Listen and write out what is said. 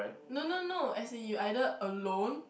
no no no as in you either alone